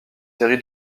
série